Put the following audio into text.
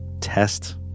test